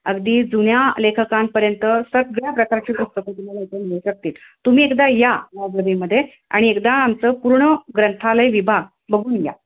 अगदी जुन्या लेखकांपर्यंत सगळ्या प्रकारची पुस्तकं तुम्हाला इथे मिळू शकतील तुम्ही एकदा या लायब्ररीमध्ये आणि एकदा आमचं पूर्ण ग्रंथालय विभाग बघून घ्या